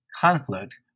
conflict